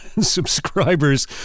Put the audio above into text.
subscribers